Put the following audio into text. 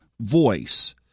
voice